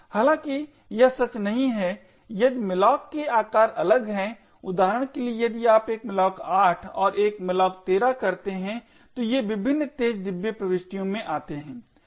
हालाँकि यह सच नहीं है यदि malloc के आकार अलग हैं उदाहरण के लिए यदि आप एक malloc 8 और एक malloc 13 करते हैं तो ये विभिन्न तेज डिब्बे प्रविष्टियों में आते हैं